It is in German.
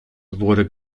wurde